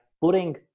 Putting